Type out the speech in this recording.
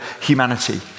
humanity